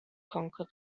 conquer